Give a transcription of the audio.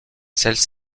celles